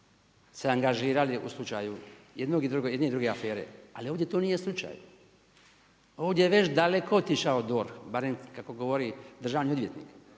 se angažirali u slučaju jedne i druge afere. Ali to ovdje nije slučaj. Ovdje je već daleko otišao DORH, barem kako govori državni odvjetnik.